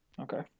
Okay